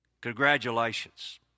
Congratulations